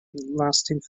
lasting